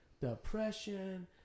depression